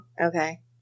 Okay